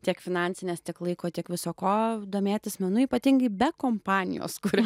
tiek finansinės tiek laiko tiek viso ko domėtis menu ypatingai be kompanijos kuri